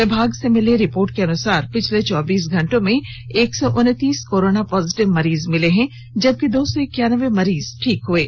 विभाग से मिली रिपोर्ट के अनुसार पिछले चौबीस घंटों में एक सौ उनतीस कोरोना पॉजिटिव मरीज मिले हैं जबकि दो सौ इक्यानबे मरीज ठीक हुए हैं